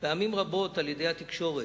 פעמים רבות על-ידי התקשורת.